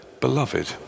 Beloved